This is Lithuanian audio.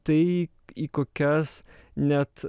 tai į kokias net